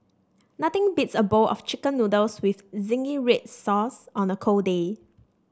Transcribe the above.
nothing beats a bowl of chicken noodles with zingy red sauce on a cold day